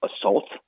assault